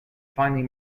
finally